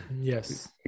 Yes